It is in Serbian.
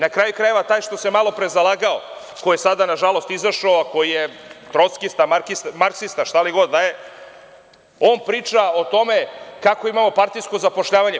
Na kraju krajeva, taj što se malo pre zalagao, koji je sada, nažalost, izašao, a koji je trockista, marksista, šta li je, on priča o tome kako imamo partijsko zapošljavanje.